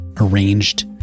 arranged